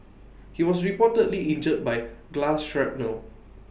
he was reportedly injured by glass shrapnel